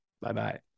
Bye-bye